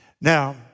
Now